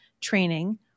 training